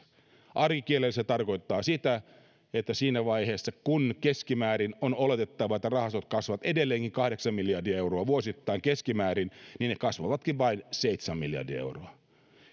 arkikielellä se tarkoittaa sitä että siinä vaiheessa kun on oletettavaa että rahastot kasvavat edelleenkin kahdeksan miljardia euroa vuosittain keskimäärin niin ne kasvavatkin vain seitsemän miljardia euroa